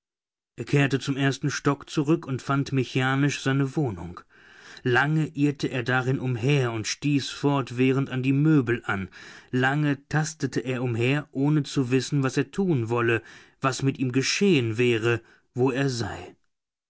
er kehrte zum ersten stock zurück und fand mechanisch seine wohnung lange irrte er darin umher und stieß fortwährend an die möbel an lange tastete er umher ohne zu wissen was er tun wolle was mit ihm geschehen wäre wo er sei